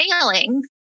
failing